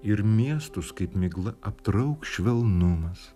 ir miestus kaip migla aptrauks švelnumas